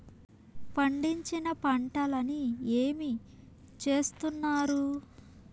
పండించిన పంటలని ఏమి చేస్తున్నారు?